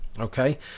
Okay